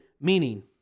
meaning